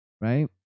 Right